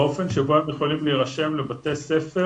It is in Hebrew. באופן שבו הם יכולים להירשם לבתי ספר